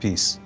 peace.